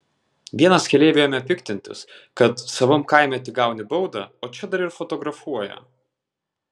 vienas keleivių ėmė piktintis kad savam kaime tik gauni baudą o čia dar ir fotografuoja